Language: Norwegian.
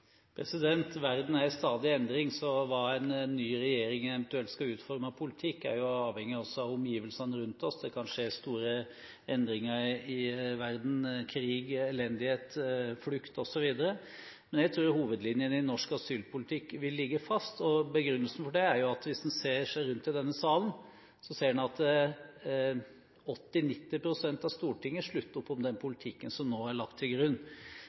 ut. Verden er i stadig endring, så hva en eventuelt ny regjering skal utforme av politikk, er jo avhengig av omgivelsene rundt oss. Det kan skje store endringer i verden – krig, elendighet, flukt, osv., men jeg tror hovedlinjene i norsk asylpolitikk vil ligge fast. Begrunnelsen for det er jo at hvis en ser seg rundt i denne salen, ser en at 80–90 pst. av Stortinget slutter opp om den politikken som nå er lagt til grunn.